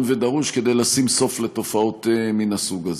ודרוש כדי לשים לסוף לתופעות מן הסוג הזה.